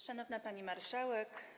Szanowna Pani Marszałek!